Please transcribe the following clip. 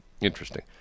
Interesting